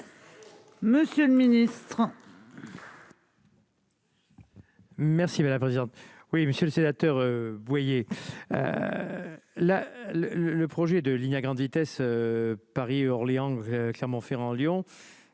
Monsieur le ministre.